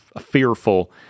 fearful